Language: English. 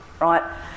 right